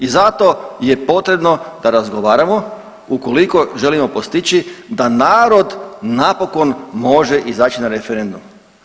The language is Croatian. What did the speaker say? I zato je potrebno da razgovaramo ukoliko želimo postići da narod napokon može izaći na referendum.